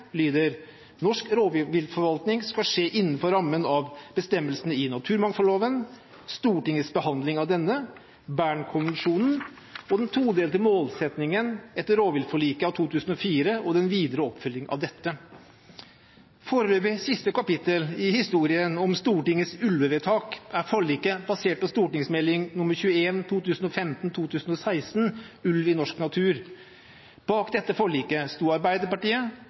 lyder at norsk rovviltforvaltning «skal skje innenfor rammen av bestemmelsene i naturmangfoldloven og Stortingets behandling av denne, Bern-konvensjonen og den todelte målsettingen etter rovviltforliket av 2004, og den videre oppfølging av dette». Foreløpig siste kapittel i historien om Stortingets ulvevedtak er forliket basert på Meld. St. 21 for 2015–2016, Ulv i norsk natur. Bak dette forliket sto Arbeiderpartiet,